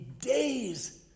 days